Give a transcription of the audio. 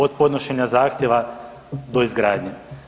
Od podnošenja zahtjeva do izgradnje.